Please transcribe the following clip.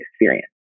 experience